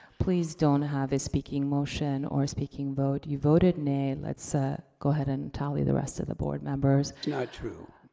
please don't have a speaking motion or a speaking vote. you voted nay, let's ah go ahead and tally the rest of the board members. that's not true.